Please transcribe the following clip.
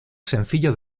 sencillo